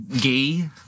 gay